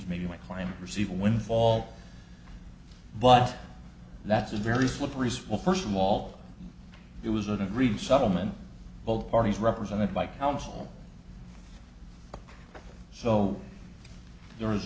maybe my client receive a windfall but that's a very slippery swill first of all it was an agreed settlement both parties represented by counsel so there